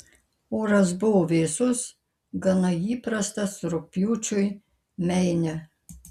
oras buvo vėsus gana įprastas rugpjūčiui meine